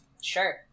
sure